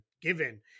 given